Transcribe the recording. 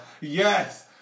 Yes